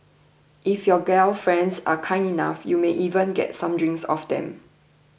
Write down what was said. if your gal friends are kind enough you may even get some drinks off them